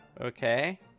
Okay